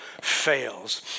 fails